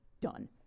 done